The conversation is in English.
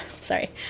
sorry